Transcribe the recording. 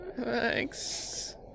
Thanks